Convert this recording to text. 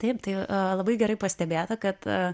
taip tai labai gerai pastebėta kad